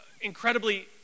incredibly